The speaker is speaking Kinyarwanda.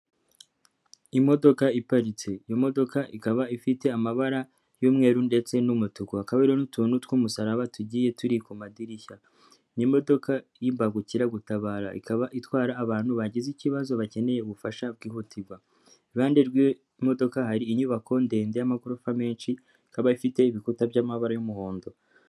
Imodoka iparitse, iyo modoka ikaba ifite amabara y'umweru ndetse n'umutuku, hakaba hariho n'utuntu tw'umusaraba tugiye turi ku madirishya, ni imodoka y'imbangukiragutabara ikaba itwara abantu bagize ikibazo bakeneye ubufasha bwihutirwa, iruhande rw'imodoka hari inyubako ndende y'amagorofa menshi ikaba ifite ibikuta by'amabara y'umuhondo.